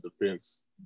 defense